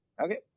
Okay